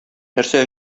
нәрсә